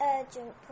Urgent